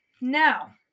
Now